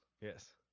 Yes